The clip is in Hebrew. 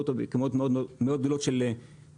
אותו בכמויות מאוד-מאוד גדולות של קצף,